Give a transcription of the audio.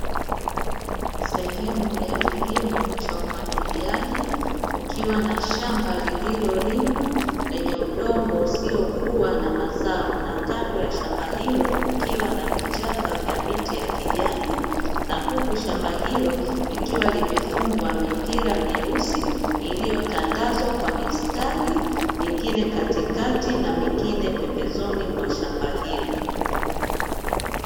Sehemu ya kilimo cha umwagiliaji, ukiwa na shamba lililolimwa lenye udongo usiokuwa na Mazao nakando ya, shamba hilo kukiwa na vichaka vya Miti ya kijani, na huku shamba hilo likiwa limefungwa, kwa mipira myeusi iliyotandazwa kwa mistari mingine katikati na mingine pembezoni mwa shamba hilo.